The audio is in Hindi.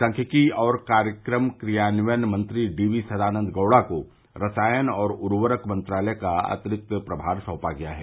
सांख्यिकी और कार्यक्रम कार्यान्वयन मंत्री डीपी सदानंद गौड़ा को रसायन और उर्वरक मंत्रालय का अतिरिक्त प्रभार सौपा गया है